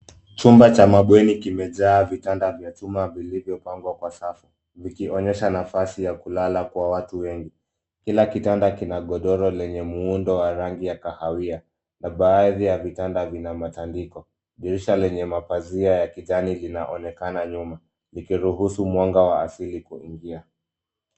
Chumba cha bweni kimejaa vitanda vya chuma vilivyo pangwa kwa safu ikionyesha nafasi ya kulala kwa watu wengi. Kila kitanda godoro lina muundo wa rangi ya kahawia na baadhi ya vitanda vina matandiko. Dirisha lenye mapazia ya kijani kibichi linaonekana nyuma likiruhusu mwanga wa asili kuingia.